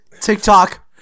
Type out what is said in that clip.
TikTok